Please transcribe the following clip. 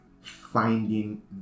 finding